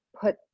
put